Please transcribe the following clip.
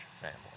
family